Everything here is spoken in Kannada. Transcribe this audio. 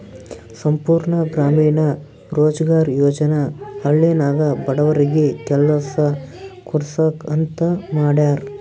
ಸಂಪೂರ್ಣ ಗ್ರಾಮೀಣ ರೋಜ್ಗಾರ್ ಯೋಜನಾ ಹಳ್ಳಿನಾಗ ಬಡವರಿಗಿ ಕೆಲಸಾ ಕೊಡ್ಸಾಕ್ ಅಂತ ಮಾಡ್ಯಾರ್